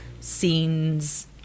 scenes